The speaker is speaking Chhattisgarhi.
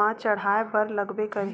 म चड़हाय बर लगबे करही